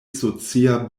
socia